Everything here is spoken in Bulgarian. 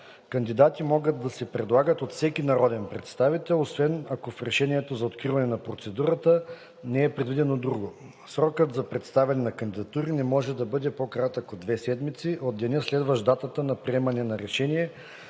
Кандидати могат да се предлагат от всеки народен представител, освен ако в решението за откриване на процедурата не е предвидено друго. Срокът за представяне на кандидатури не може да бъде по-кратък от две седмици от деня, следващ датата на приемане на решение